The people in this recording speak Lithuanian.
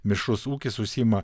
mišrus ūkis užsiima